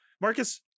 marcus